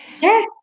Yes